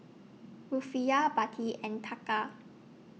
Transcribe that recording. Rufiyaa Baht and Taka